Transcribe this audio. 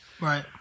Right